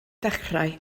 dechrau